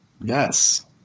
Yes